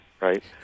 Right